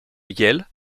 yale